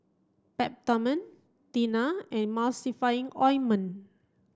Peptamen Tena and Emulsying ointment